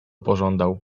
pożądał